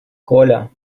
коля